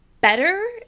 better